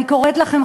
אני קוראת לכם,